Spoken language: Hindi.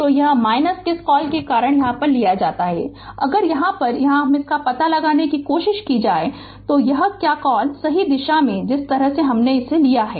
तो यह किस कॉल के कारण लिया जाता है अगर यहां यह पता लगाने की कोशिश की जाए कि क्या कॉल सही दिशा है जिस तरह से हमने लिया है